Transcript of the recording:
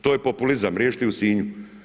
To je populizam riješiti u Sinju.